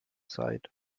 seid